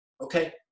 okay